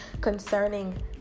concerning